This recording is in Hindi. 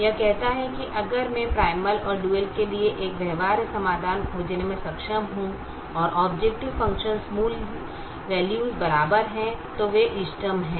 यह कहता है कि अगर मैं प्राइमल और डुअल के लिए एक व्यवहार्य समाधान खोजने में सक्षम हूं और ऑबजेकटिव फ़ंक्शन वैल्यूस बराबर है तो वे इष्टतम हैं